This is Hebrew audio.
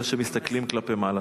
אלא שמסתכלים כלפי מעלה.